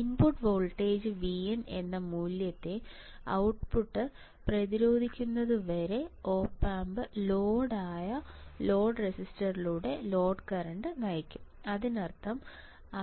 input voltage V in എന്ന മൂല്യത്തെ output പ്രതിരോധിക്കുന്നതുവരെ ഒപ് ആമ്പ് ലോഡ് ആയ ലോഡ് രജിസ്റ്ററിലൂടെ ലോഡ് കറന്റ് നയിക്കും അതിനർത്ഥം